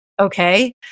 Okay